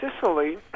Sicily